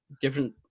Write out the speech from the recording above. different